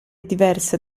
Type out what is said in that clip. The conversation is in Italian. diverse